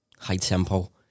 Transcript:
high-tempo